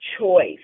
choice